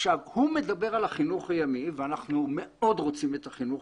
הוא מדבר על החינוך הימי ואנחנו מאוד רוצים את החינוך